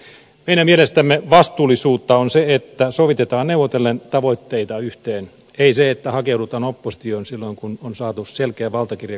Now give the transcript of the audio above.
meidän mielestämme vastuullisuutta on se että sovitetaan neuvotellen tavoitteita yhteen ei se että hakeudutaan oppositioon silloin kun on saatu selkeä valtakirja kansalaisilta